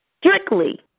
Strictly